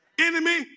Enemy